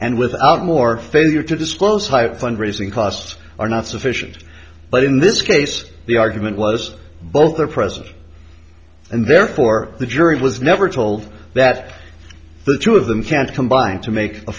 and without more failure to disclose higher fundraising costs are not sufficient but in this case the argument was both the president and therefore the jury was never told that the two of them can't combine to make a